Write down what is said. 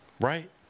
right